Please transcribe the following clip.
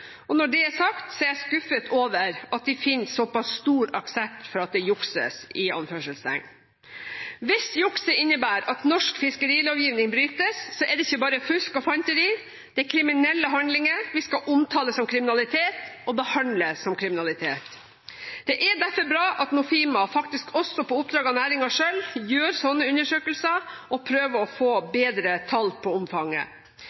undersøkelse. Når det er sagt, er jeg skuffet over at de finner såpass stor aksept for at det «jukses». Hvis jukset innebærer at norsk fiskerilovgivning brytes, er det ikke bare «fusk og fanteri». Det er kriminelle handlinger vi skal omtale som kriminalitet og behandle som kriminalitet. Det er derfor bra at Nofima, faktisk også på oppdrag fra næringen selv, gjør slike undersøkelser og prøver å få